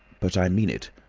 but i mean it.